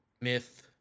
myth